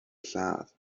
lladd